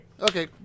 Okay